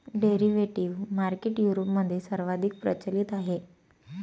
derivative market युरोपमध्ये सर्वाधिक प्रचलित आहे